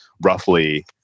roughly